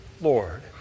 Lord